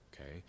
okay